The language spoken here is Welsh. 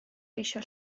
geisio